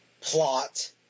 plot